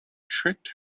tricked